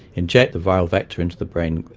inject the viral vector into the brain,